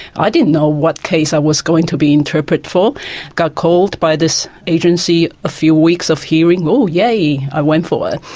i didn't know what case i was going to be interpreting for. i got called by this agency, a few weeks of hearing, oh yay, i went for it.